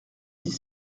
dix